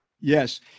Yes